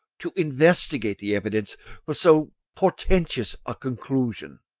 to investigate the evidence for so portentous a conclusion.